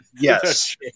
Yes